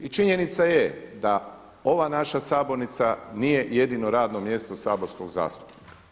I činjenica je da ova naša sabornica nije jedino radno mjesto saborskog zastupnika.